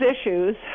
issues